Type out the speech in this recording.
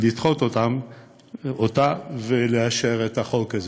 לדחות אותן ולאשר את החוק הזה.